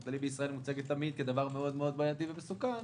שבאופן כללי בישראל מוצגת תמיד כדבר מאוד בעייתי ומסוכן,